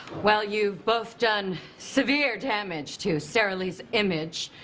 well, you've both done severe damage to sara lee's image.